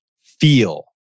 feel